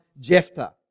Jephthah